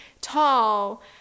tall